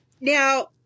now